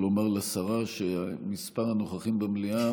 אני יכול לומר לשרה שמספר הנוכחים במליאה